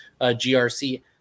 GRC